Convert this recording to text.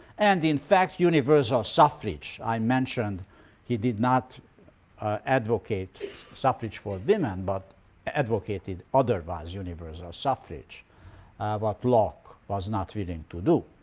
and, in fact, universal suffrage. i mentioned he did not advocate suffrage for women but advocated otherwise universal suffrage what locke was not willing to do.